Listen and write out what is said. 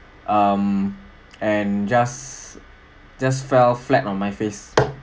um and just just fell flat on my face